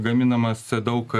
gaminamas daug